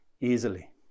easily